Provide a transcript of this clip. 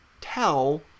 tell